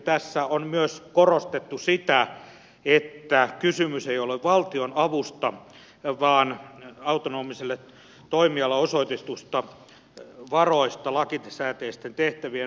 tässä on myös korostettu sitä että kysymys ei ole valtion avusta vaan autonomiselle toimijalle osoitetuista varoista lakisääteisten tehtävien hoitamiseen